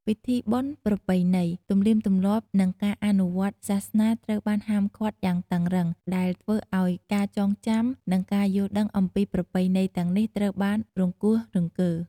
ពិធីបុណ្យប្រពៃណី ទំនៀមទម្លាប់និងការអនុវត្តសាសនាត្រូវបានហាមឃាត់យ៉ាងតឹងរ៉ឹង ដែលធ្វើឱ្យការចងចាំ និងការយល់ដឹងអំពីប្រពៃណីទាំងនេះត្រូវបានរង្គោះរង្គើ។